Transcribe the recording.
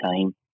time